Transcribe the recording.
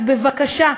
אז בבקשה,